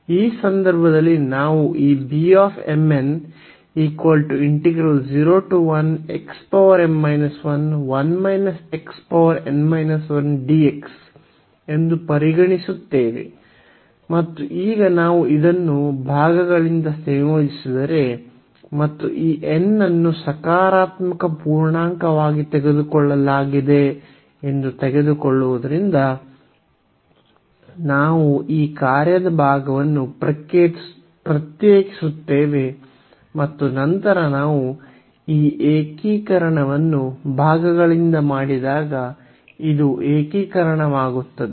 ಈ ಸಂದರ್ಭದಲ್ಲಿ ನಾವು ಈ ಎಂದು ಪರಿಗಣಿಸುತ್ತೇವೆ ಮತ್ತು ಈಗ ನಾವು ಇದನ್ನು ಭಾಗಗಳಿಂದ ಸಂಯೋಜಿಸಿದರೆ ಮತ್ತು ಈ n ಅನ್ನು ಸಕಾರಾತ್ಮಕ ಪೂರ್ಣಾಂಕವಾಗಿ ತೆಗೆದುಕೊಳ್ಳಲಾಗಿದೆ ಎಂದು ತೆಗೆದುಕೊಳ್ಳುವುದರಿಂದ ನಾವು ಈ ಕಾರ್ಯದ ಭಾಗವನ್ನು ಪ್ರತ್ಯೇಕಿಸುತ್ತೇವೆ ಮತ್ತು ನಂತರ ನಾವು ಈ ಏಕೀಕರಣವನ್ನು ಭಾಗಗಳಿಂದ ಮಾಡಿದಾಗ ಇದು ಏಕೀಕರಣಕ್ಕಾಗಿರುತ್ತದೆ